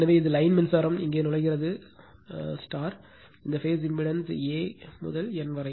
எனவே இது லைன் மின்சாரம் இங்கே நுழைகிறது இந்த பேஸ் இம்பிடன்ஸ் A முதல் N வரை